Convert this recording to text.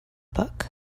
book